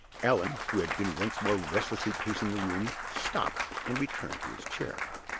allan, who had been once more restlessly pacing the room, stopped, and returned to his chair.